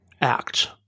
act